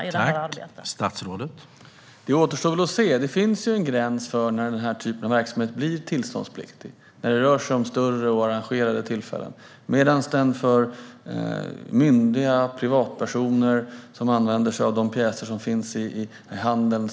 Herr talman! Det återstår att se. Det finns en gräns för när denna typ av verksamhet blir tillståndspliktig, nämligen när det rör sig om större och arrangerade tillfällen. Däremot har vi inte den typen av begränsningar för myndiga privatpersoner som använder sig av de pjäser som finns i handeln.